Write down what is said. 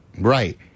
Right